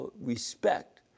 respect